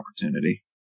opportunity